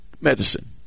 medicine